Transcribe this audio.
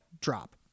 drop